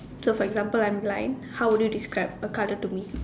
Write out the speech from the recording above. so example I'm blind how would you describe a colour to me